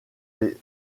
les